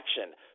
action